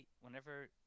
whenever